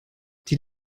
die